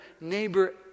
neighbor